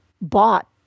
bought